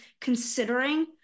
considering